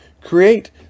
create